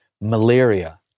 malaria